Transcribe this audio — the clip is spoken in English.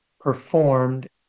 performed